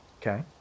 Okay